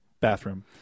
Bathroom